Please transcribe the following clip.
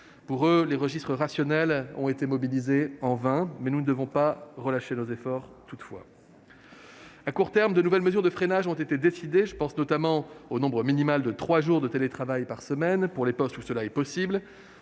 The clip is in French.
pour beaucoup, le registre rationnel a été mobilisé en vain. Toutefois, nous ne devons pas relâcher nos efforts. À court terme, de nouvelles mesures de freinage ont été décidées. Je pense notamment au nombre minimal de trois jours de télétravail par semaine lorsque cela est possible,